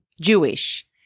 Jewish